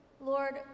Lord